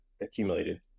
accumulated